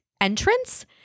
entrance